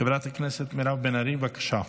חברת הכנסת מירב בן ארי, בבקשה.